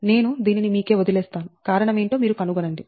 నేను దీనిని మీకే వదిలేస్తాను కారణం ఏంటో మీరు కనుగొనండి